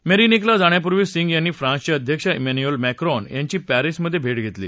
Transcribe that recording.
मेरिनेकला जाण्यापूर्वी सिंग यांनी फ्रांन्सचे अध्यक्ष एम्यान्युअल मॅक्रॉन यांची पॅरिसमधे भेट घेतली